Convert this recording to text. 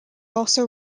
also